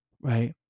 right